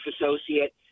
associate